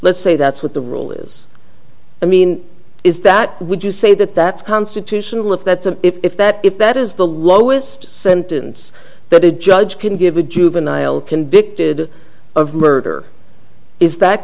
let's say that's what the rule is i mean is that would you say that that's constitutional if that's a if that if that is the lowest sentence the judge can give a juvenile convicted of murder is that